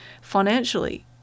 financially